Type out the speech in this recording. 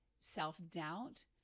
self-doubt